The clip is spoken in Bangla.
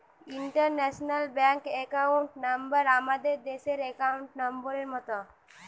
ইন্টারন্যাশনাল ব্যাংক একাউন্ট নাম্বার আমাদের দেশের একাউন্ট নম্বরের মত